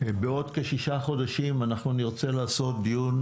בעוד כשישה חודשים אנחנו נרצה לעשות דיון